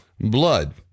Blood